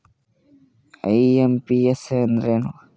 IMPS ಅಂದ್ರ ಏನು?